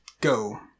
go